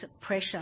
pressure